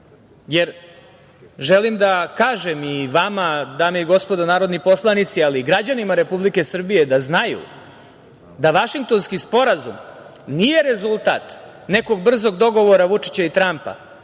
jer želim da kažem i vama dame i gospodo narodni poslanici, ali i građanima Republike Srbije, da znaju da Vašingtonski sporazum nije rezultat nekog brzog dogovora Vučića i Trampa